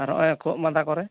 ᱟᱨᱚ ᱱᱚᱜ ᱚᱭ ᱠᱷᱩᱜ ᱢᱟᱫᱟ ᱠᱚᱨᱮ